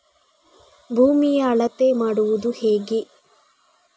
ಭೂಮಿಯ ಅಳತೆ ಮಾಡುವುದು ಹೇಗೆ?